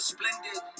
Splendid